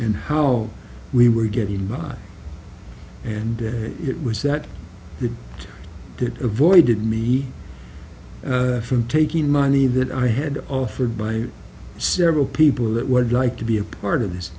and how we were getting by and it was that the that avoided me from taking money that i had offered by several people that would like to be a part of this